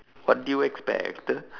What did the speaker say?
what do you expect